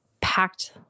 packed